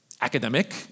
academic